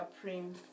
supreme